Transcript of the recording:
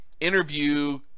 Interview